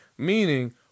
Meaning